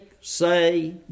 say